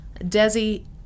desi